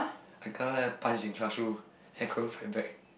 I kena like punch in classroom I couldn't fight back